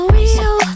real